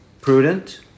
prudent